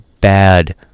bad